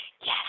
Yes